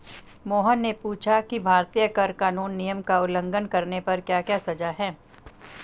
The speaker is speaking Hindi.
मोहन ने पूछा कि भारतीय कर कानून नियम का उल्लंघन करने पर क्या सजा है?